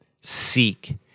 Seek